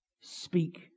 speak